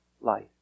life